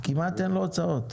כמעט אין לו הוצאות.